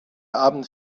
abend